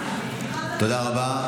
תודה רבה.